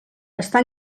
està